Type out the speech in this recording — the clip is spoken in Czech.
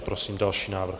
Prosím o další návrh.